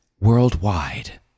worldwide